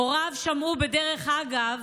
הוריו שמעו בדרך אגב